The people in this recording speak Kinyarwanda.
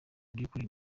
mubyukuri